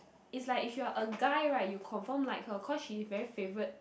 is like if you're a guy right you'll confirm like her cause she's very favorite